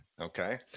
Okay